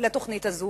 לתוכנית הזאת